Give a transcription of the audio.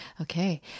Okay